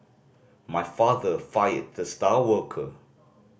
my father fired the star worker